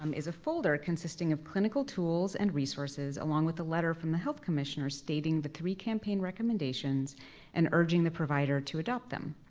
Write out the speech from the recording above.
um is a folder consisting of clinical tools and resources along with a letter from the health commissioner stating the three campaign recommendations and urging the provider to adopt them.